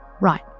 Right